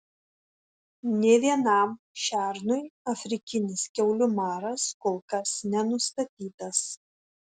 nė vienam šernui afrikinis kiaulių maras kol kas nenustatytas